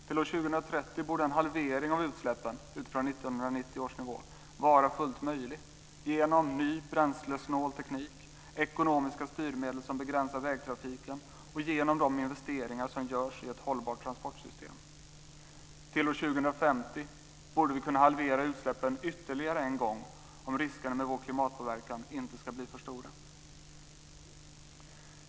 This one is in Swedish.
Till 2030 borde en halvering av utsläppen utifrån 1990 års nivå vara fullt möjlig genom ny bränslesnål teknik, ekonomiska styrmedel som begränsar vägtrafiken och genom de investeringar som görs i ett hållbart transportsystem. Till år 2050 borde vi kunna halvera utsläppen ytterligare en gång om riskerna med vår klimatpåverkan inte ska bli för stora.